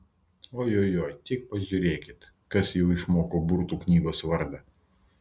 ojojoi tik pažiūrėkit kas jau išmoko burtų knygos vardą